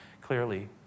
clearly